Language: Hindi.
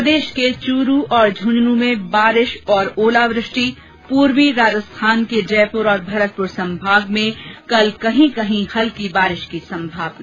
प्रदेश के चूरू और झुंझुनू में बारिश और ओलावृष्टि पूर्वी राजस्थान के जयपुर और भरतपुर संभाग में कल कहीं कहीं हल्की बारिश की संभावना